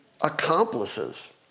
accomplices